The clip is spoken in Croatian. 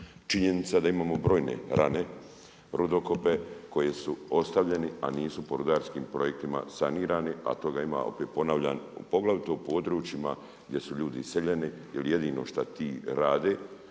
Činjenica da imamo brojne rane rudokope koji su ostavljeni, a nisu po rudarski projektima sanirani, a toga ima opet ponavljam poglavito u područjima gdje su ljudi iseljeni jel jedino šta ti rade,